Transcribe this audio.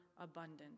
abundant